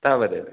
तावदेव